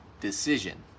decision